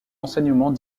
enseignement